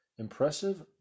Impressive